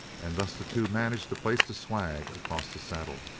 and thus the two managed to place the swag across the saddle.